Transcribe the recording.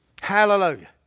Hallelujah